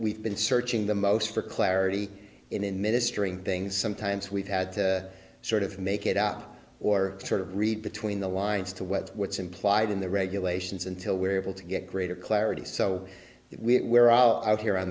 we've been searching the most for clarity in ministering things sometimes we've had to sort of make it up or sort of read between the lines to what what's implied in the regulations until we're able to get greater clarity so that we're all out here on